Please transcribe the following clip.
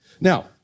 Now